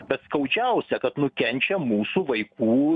bet skaudžiausia kad nukenčia mūsų vaikų